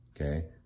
okay